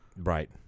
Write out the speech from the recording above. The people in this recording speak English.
Right